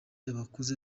abakuze